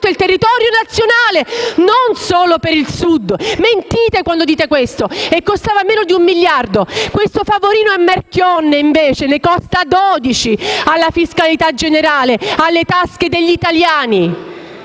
il territorio nazionale, non solo per il Sud. Mentite quando dite questo e costava meno di un miliardo. Questo favorino a Marchionne invece ne costa 12 alla fiscalità generale e alle tasche degli italiani.